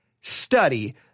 study